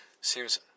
Seems